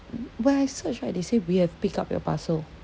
when I search right they say we have picked up your parcel